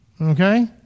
Okay